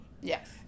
Yes